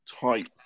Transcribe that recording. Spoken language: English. type